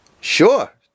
Sure